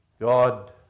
God